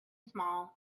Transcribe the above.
small